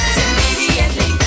immediately